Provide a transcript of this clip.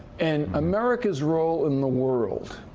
and america's role in the world,